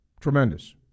tremendous